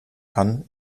kann